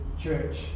church